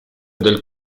del